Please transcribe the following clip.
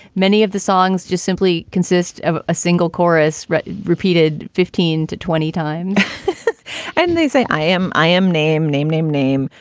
many of the songs just simply consist of a single chorus repeated fifteen to twenty times and they say, i am, i am. name, name, name, name,